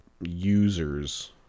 users